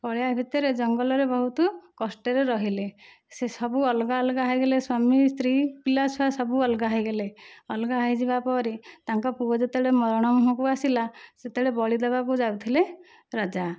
ପଳାଇବା ଭିତରେ ଜଙ୍ଗଲରେ ବହୁତ କଷ୍ଟରେ ରହିଲେ ସେ ସବୁ ଅଲଗା ଅଲଗା ହୋଇଗଲେ ସ୍ୱାମୀ ସ୍ତ୍ରୀ ପିଲାଛୁଆ ସବୁ ଅଲଗା ହୋଇଗଲେ ଅଲଗା ହୋଇଯିବା ପରେ ତାଙ୍କ ପୁଅ ଯେତେବେଳେ ମରଣ ମୁହଁକୁ ଆସିଲା ସେତେବେଳେ ବଳି ଦେବାକୁ ଯାଉଥିଲେ ରାଜା